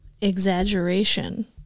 exaggeration